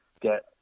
get